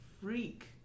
freak